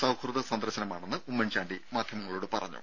സൌഹൃദ സന്ദർശമാണെന്ന് ഉമ്മൻ ചാണ്ടി മാധ്യമങ്ങളോട് പറഞ്ഞു